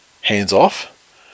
hands-off